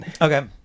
Okay